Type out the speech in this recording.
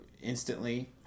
instantly